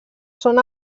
són